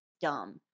dumb